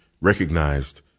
recognized